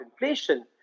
inflation